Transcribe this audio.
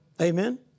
Amen